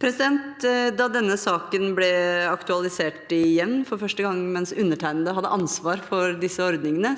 Da denne saken ble aktualisert igjen for første gang, mens undertegnede hadde ansvar for disse ordningene,